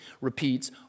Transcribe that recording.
repeats